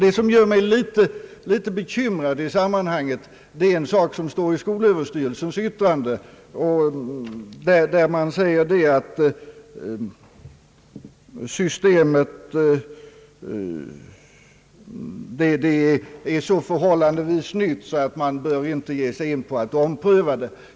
Det som gör mig litet bekymrad i sammanhanget är en sak som står i skolöverstyrelsens yttrande. Där säger man, att systemet är så förhållandevis nytt att man inte bör ge sig in på att ompröva det.